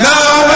Now